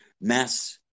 mass